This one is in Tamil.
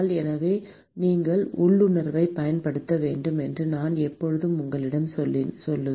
எனவே உங்கள் உள்ளுணர்வைப் பயன்படுத்த வேண்டும் என்று நான் எப்போதும் உங்களிடம் சொன்னேன்